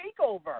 TakeOver